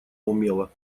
умела